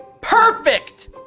perfect